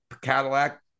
Cadillac